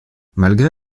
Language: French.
malgré